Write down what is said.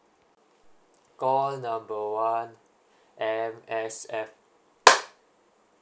call number one M_S_F